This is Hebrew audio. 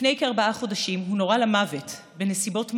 לפני כארבעה חודשים הוא נורה למוות בנסיבות מחרידות,